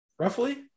roughly